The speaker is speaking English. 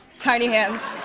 tiny hands.